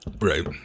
right